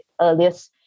earliest